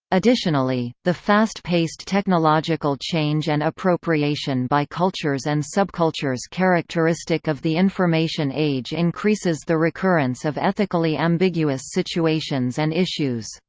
additionally, the fast-paced technological change and appropriation by cultures and subcultures characteristic of the information age increases the recurrence of ethically ambiguous situations and issues.